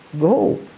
go